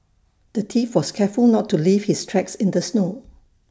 the thief was careful not to leave his tracks in the snow